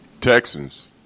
Texans